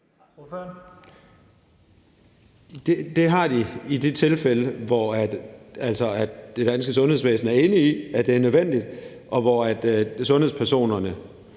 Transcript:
Det har de i det tilfælde, hvor det danske sundhedsvæsen er enig i, at det er nødvendigt. Det kræver